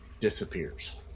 disappears